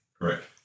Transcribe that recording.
Correct